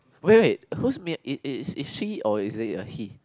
wait wait who's Mia is is is she or is it a he